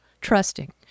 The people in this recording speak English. trusting